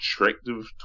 attractive